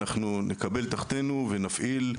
אנחנו נקבל תחתינו ונפעיל,